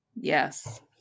Yes